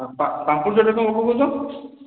ଆଉ ପାମ୍ପୁଡ଼ି ଚାଟ୍ରେ କଣ କଣ ପକୋଉଛ